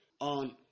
on